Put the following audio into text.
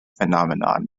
phenomenon